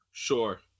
Sure